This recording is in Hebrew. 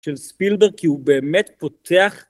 של ספילברג, כי הוא באמת פותח